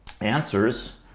answers